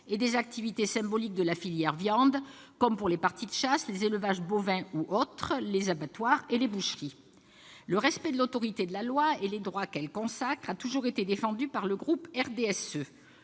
et des activités symboliques de la filière viande, comme les parties de chasse, les élevages bovins ou autres, les abattoirs et les boucheries. Le respect de l'autorité de la loi et des droits qu'elle consacre a toujours été défendu par le groupe RDSE.